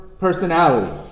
Personality